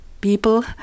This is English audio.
people